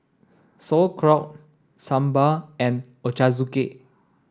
Sauerkraut Sambar and Ochazuke